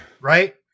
right